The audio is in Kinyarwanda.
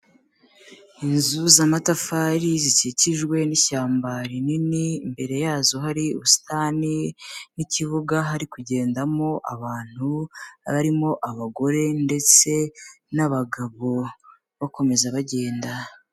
Inzu z' amatafari zikikijwe n'ishyamba rinini, imbere yazo hari ubusitani n'ikibuga hari kugendamo abantu, barimo abagore ndetse n'abagabo bakomeza bagenda.